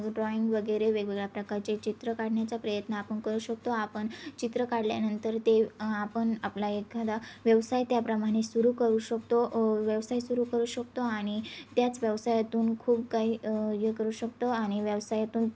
drawing वगैरे वेगवेगळ्या प्रकारचे चित्र काढण्याचा प्रयत्न आपण करू शकतो आपण चित्र काढल्यानंतर ते आपण आपला एखादा व्यवसाय त्याप्रमाणे सुरू करू शकतो व्यवसाय सुरू करू शकतो आणि त्याच व्यवसायातून खूप काही हे करू शकतो आणि व्यवसायातून